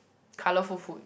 colourful food